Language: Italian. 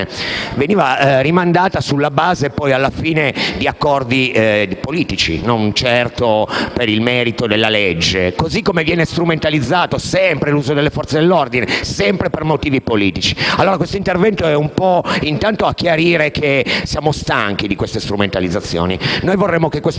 veniva rimandato sulla base di accordi politici, e non certo per il merito della legge, così come viene strumentalizzato l'uso delle Forze dell'ordine, sempre per motivi politici. Questo intervento, allora, serve intanto a chiarire che siamo stanchi di queste strumentalizzazioni. Vorremmo che il